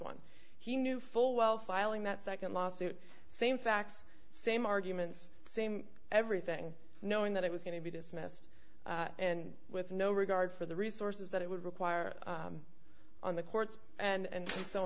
one he knew full well filing that second lawsuit same facts same arguments same everything knowing that it was going to be dismissed and with no regard for the resources that it would require on the courts and